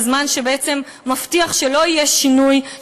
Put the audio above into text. זה זמן שבעצם מבטיח שלא יהיה שינוי,